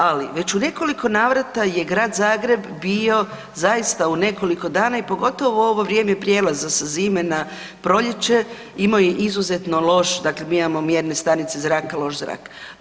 Ali već u nekoliko navrata je Grad Zagreb bio zaista u nekoliko dana i pogotovo u ovo vrijeme prijelaza sa zime na proljeće imao je izuzetno loš, dakle mi imamo mjerne stanice zraka, loš zrak.